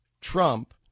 Trump